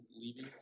leaving